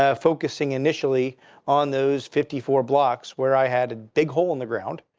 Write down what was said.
ah focusing initially on those fifty four blocks where i had a big hole in the ground.